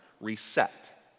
reset